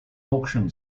auction